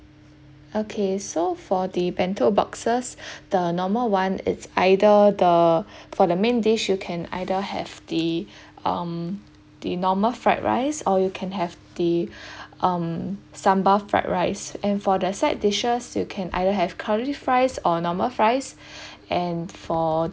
okay so for the bento boxes the normal one it's either the for the main dish you can either have the um the normal fried rice or you can have the um sambal fried rice and for the side dishes you can either have curly fries or normal fries and for